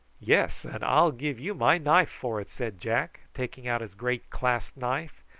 yes, and i'll give you my knife for it, said jack, taking out his great clasp-knife.